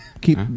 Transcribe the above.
Keep